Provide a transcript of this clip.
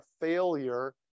failure